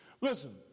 Listen